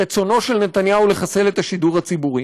ברצונו של נתניהו לחסל את השידור הציבורי?